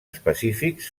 específics